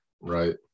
Right